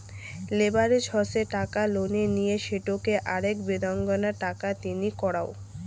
leverage হসে টাকা লোনে নিয়ে সেটোকে আরাক বেদাঙ্গনা টাকা তিনি করাঙ